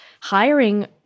hiring